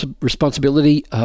responsibility